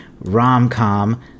rom-com